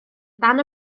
dan